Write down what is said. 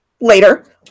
later